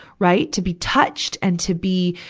right. to be touched and to be,